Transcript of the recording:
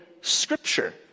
scripture